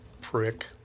prick